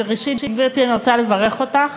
ראשית, גברתי, אני רוצה לברך אותך,